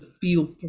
feel